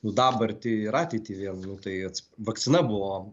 nu dabartį ir ateitį vien tai vakcina buvo